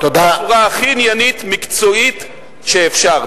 בצורה הכי עניינית ומקצועית שאפשר.